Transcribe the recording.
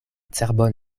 cerbon